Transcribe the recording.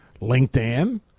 LinkedIn